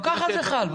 גם כך זה חל.